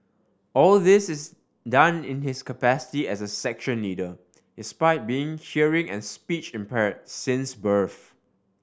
all this is done in his capacity as a section leader despite being hearing and speech impair since birth